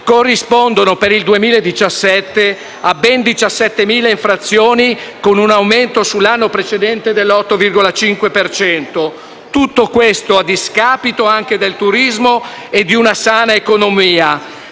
corrispondono per il 2017 a ben 17.000 infrazioni, con un aumento sull'anno precedente del 8,5 per cento: tutto questo a discapito anche del turismo e di una sana economia,